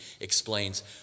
explains